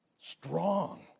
strong